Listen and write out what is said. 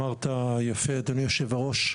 אמרת יפה אדוני יושב-הראש,